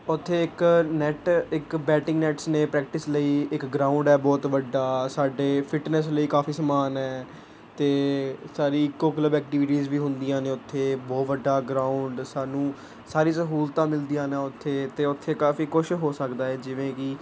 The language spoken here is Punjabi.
ਉੱਥੇ ਇੱਕ ਨੈਟ ਇੱਕ ਬੈਟਿੰਗ ਨੈਟਸ ਨੇ ਪ੍ਰੈਕਟਿਸ ਲਈ ਇੱਕ ਗਰਾਉਂਡ ਹੈ ਬਹੁਤ ਵੱਡਾ ਸਾਡੇ ਫਿੱਟਨੈੱਸ ਲਈ ਕਾਫ਼ੀ ਸਮਾਨ ਹੈ ਅਤੇ ਸਾਰੀ ਈਕੋ ਕਲੱਬ ਐਕਟੀਵਿਟੀਜ ਵੀ ਹੁੰਦੀਆਂ ਨੇ ਉੱਥੇ ਬਹੁਤ ਵੱਡਾ ਗਰਾਉਂਡ ਸਾਨੂੰ ਸਾਰੀ ਸਹੂਲਤਾਂ ਮਿਲਦੀਆਂ ਨੇ ਉੱਥੇ ਅਤੇ ਉੱਥੇ ਕਾਫ਼ੀ ਕੁਛ ਹੋ ਸਕਦਾ ਹੈ ਜਿਵੇਂ ਕਿ